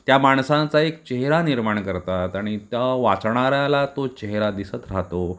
त्या माणसांचा एक चेहरा निर्माण करतात आणि त्या वाचणाऱ्याला तो चेहरा दिसत राहतो